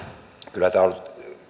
kyllä tämä on ollut